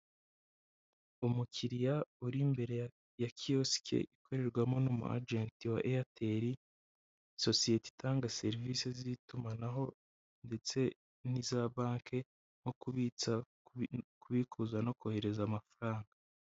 Umukiriya uri imbere ya kiyosike ikorerwamo n'umuajenti wa Eyateri sosiyete itanga serivisi z'itumanaho ndetse n'iza banki nko kubitsa, kubikuza no kohereza amafaranga.